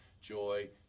joy